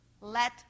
Let